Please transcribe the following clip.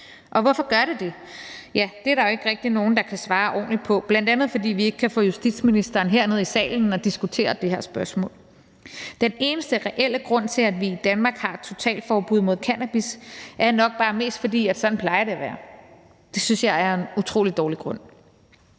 Og hvorfor gør det det? Ja, det er der jo ikke rigtig nogen, der kan svare ordentligt på, bl.a. fordi vi ikke kan få justitsministeren herned i salen og diskutere det her spørgsmål. Den eneste reelle grund til, at vi i Danmark har et totalforbud mod cannabis, er nok bare mest, at sådan plejer det at være. Det synes jeg er en utrolig dårlig grund.